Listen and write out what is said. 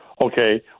Okay